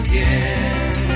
Again